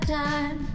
time